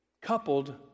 coupled